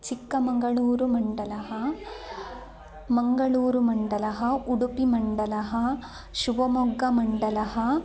चिक्कमङ्गळूरु मण्डलं मङ्गळूरु मण्डलम् उडुपि मण्डलं शिवमोग्ग मण्डलं